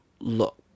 look